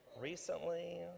recently